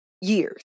Years